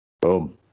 boom